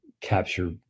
capture